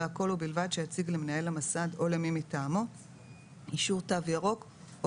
והכול ובלבד שהציג למנהל המוסד אולמי מטעמו אישור תו ירוק או